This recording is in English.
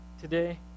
today